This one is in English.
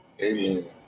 Amen